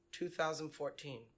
2014